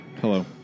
Hello